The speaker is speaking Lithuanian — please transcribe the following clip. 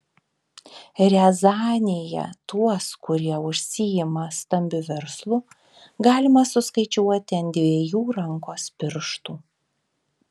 riazanėje tuos kurie užsiima stambiu verslu galima suskaičiuoti ant dviejų rankos pirštų